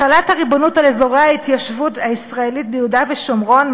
החלת הריבונות על אזורי ההתיישבות הישראלית ביהודה ושומרון,